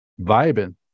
vibing